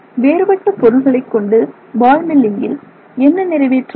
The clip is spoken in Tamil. வேறுபட்ட பொருட்களைக் கொண்டு பால் மில்லிங்கில் என்ன நிறைவேற்ற முடியும்